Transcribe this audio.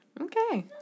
Okay